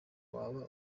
waba